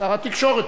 שר התקשורת,